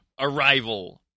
arrival